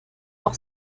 auch